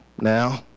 now